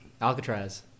Alcatraz